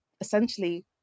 essentially